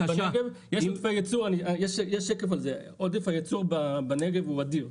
יש שקף על זה, עודף הייצור בנגב הוא אדיר.